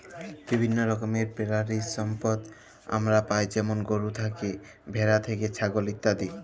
বিভিল্য রকমের পেরালিসম্পদ আমরা পাই যেমল গরু থ্যাকে, ভেড়া থ্যাকে, ছাগল ইত্যাদি